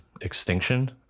Extinction